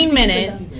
minutes